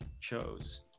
chose